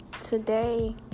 today